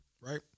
right